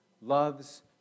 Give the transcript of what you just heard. loves